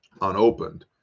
unopened